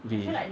they